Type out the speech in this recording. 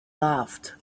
laughed